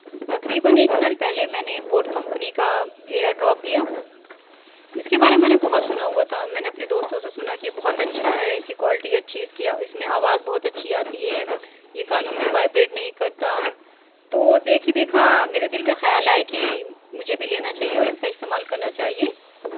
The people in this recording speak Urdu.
تقریباََ ایک سال پہلے میں نے بوٹ کمپنی کا ایئر ڈراپ لیا اس کے بارے میں نے بہت سنا ہوا تھا میں نے اپنے دوستوں سے سنا کہ بہت اچھا ہے اس کی کوالٹی اچھی اس کی اس میں آواز بہت اچھی آتی ہے یہ کانوں میں وائبریٹ نہیں کرتا تو دیکھی دیکھا میرے دل میں خیال آیا کہ مجھے بھی لینا چاہیے اور اس کا استعمال کرنا چاہیے